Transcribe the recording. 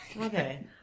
Okay